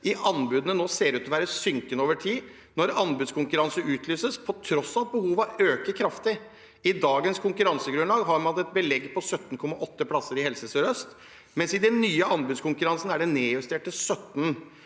i anbudene nå ser ut til å være synkende over tid, når anbudskonkurranse utlyses, på tross av at behovene øker kraftig. I dagens konkurransegrunnlag har man et belegg på 17,8 plasser i Helse sør-øst, mens det i den nye anbudskonkurransen er nedjustert til 17.